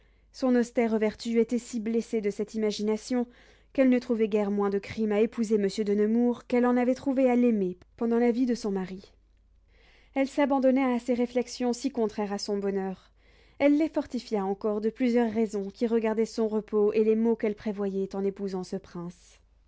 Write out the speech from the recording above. son austère vertu était si blessée de cette imagination qu'elle ne trouvait guère moins de crime à épouser monsieur de nemours qu'elle en avait trouvé à l'aimer pendant la vie de son mari elle s'abandonna à ces réflexions si contraires à son bonheur elle les fortifia encore de plusieurs raisons qui regardaient son repos et les maux qu'elle prévoyait en épousant ce prince